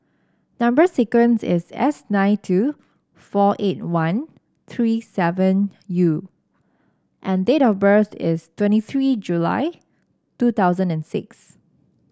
number sequence is S nine two four eight one three seven U and date of birth is twenty three July two thousand and six